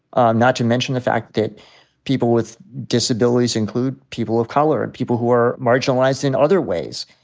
ah not to mention the fact that people with disabilities include people of color and people who are marginalized in other ways.